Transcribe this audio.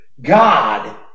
God